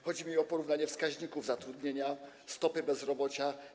Chodzi mi o porównanie wskaźników zatrudnienia, stopy bezrobocia.